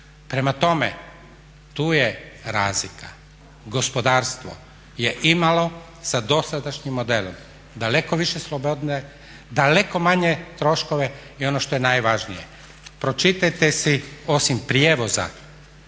Prema tome, tu je razlika, gospodarstvo je imalo sa dosadašnjim modelom daleko više slobode, daleko manje troškove. I ono što je najvažnije, pročitajte si osim prijevoza